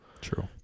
True